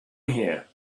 here